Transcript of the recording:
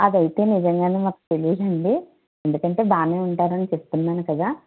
అది అయితే నిజంగానే మాకు తెలీదండీ ఎందుకంటే బాగానే ఉంటారని చెప్తున్నాను కదా